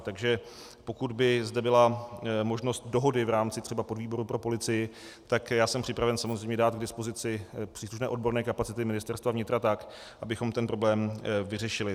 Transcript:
Takže pokud by zde byla možnost dohody v rámci třeba podvýboru pro policii, tak jsem připraven samozřejmě dát k dispozici příslušné odborné kapacity Ministerstva vnitra, tak abychom ten problém vyřešili.